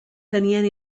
tenien